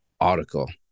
article